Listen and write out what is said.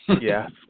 Yes